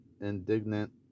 indignant